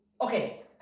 Okay